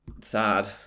Sad